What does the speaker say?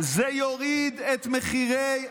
זה יוריד את מחירי המים.